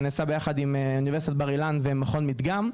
שנעשה יחד עם אוניברסיטת בר אילן ומכון מדגם,